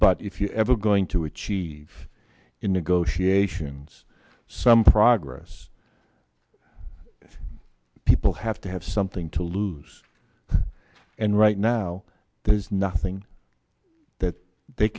but if you're ever going to achieve in negotiations some progress people have to have something to lose and right now there's nothing that they